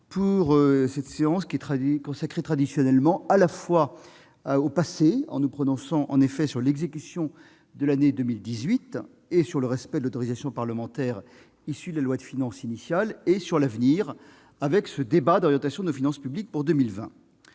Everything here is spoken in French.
cette séance à examiner à la fois le passé, en nous prononçant sur l'exécution de l'année 2018 et le respect de l'autorisation parlementaire issue de la loi de finances initiale, et l'avenir, avec le débat d'orientation de nos finances publiques pour 2020.